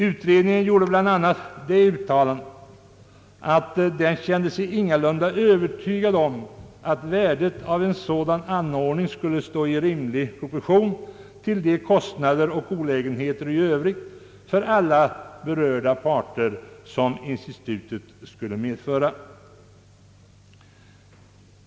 Utredningen gjorde bl.a. det uttalandet att den ingalunda kände sig överiygad om att värdet av en sådan anordning skulle stå i rimlig proportion till de kostnader och olägenheter i övrigt för alla berörda parter som institutet skulle medföra.